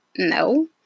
no